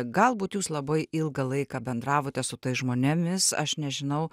galbūt jūs labai ilgą laiką bendravote su tais žmonėmis aš nežinau